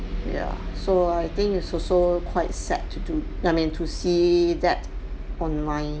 ya so I think is also quite sad to do I mean to see that online